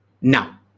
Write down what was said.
Now